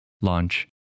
launch